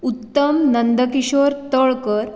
Uttam Nandkishor Talkar